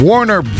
Warner